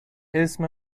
اسم